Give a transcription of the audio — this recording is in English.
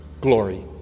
glory